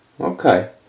okay